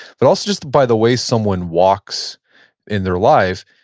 but also just by the way someone walks in their life,